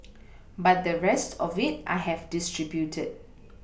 but the rest of it I have distributed